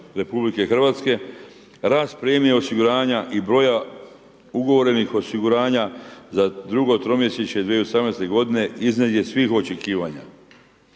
RH, rast premije osiguranja i broja ugovorenih osiguranja za drugo tromjesečje 2018. godine iznad je svih očekivanja.